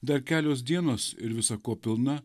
dar kelios dienos ir visa ko pilna